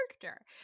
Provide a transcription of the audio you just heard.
character